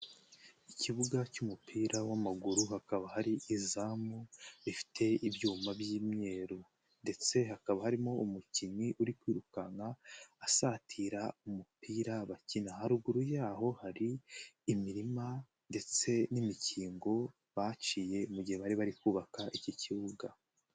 Ikibuga cy'umupira w'amaguru hakaba hari izamu, rifite ibyuma by'imyeru ndetse hakaba harimo umukinnyi uri kwirukanka, asatira umupira bakina, haruguru yaho hari imirima ndetse n'imikingo, baciye mu gihe bari bari kubaka, iki kibuga.